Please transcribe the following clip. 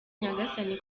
nyagasani